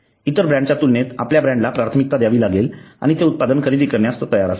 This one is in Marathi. इतर ब्रॅण्डच्या तुलनेत आपल्या ब्रॅण्डला प्राथमिकता दयावी लागेल आणि ते उत्पादन खरेदी करण्यास तो तयार असावा